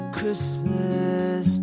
Christmas